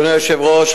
אדוני היושב-ראש,